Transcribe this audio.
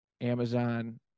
Amazon